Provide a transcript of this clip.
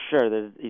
Sure